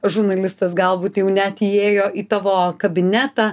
žurnalistas galbūt jau net įėjo į tavo kabinetą